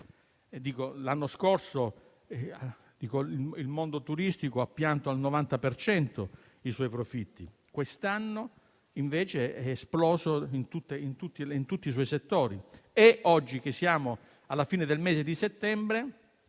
L'anno scorso il mondo turistico ha pianto al 90 per cento i suoi profitti; quest'anno, invece, è esploso in tutti i suoi settori, e oggi che siamo alla fine del mese di settembre,